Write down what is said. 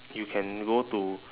you can go to